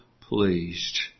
pleased